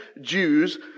Jews